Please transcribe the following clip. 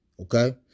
Okay